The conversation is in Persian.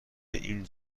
این